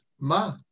Ma